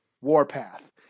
Warpath